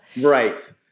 Right